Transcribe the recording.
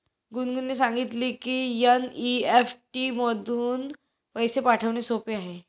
गुनगुनने सांगितले की एन.ई.एफ.टी मधून पैसे पाठवणे सोपे आहे